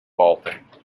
vaulting